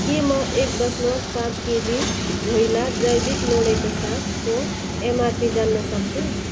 के म एक दशमलव पाँच केजी भोइला जैविक लुँडेको सागको एमआरपी जान्नसक्छु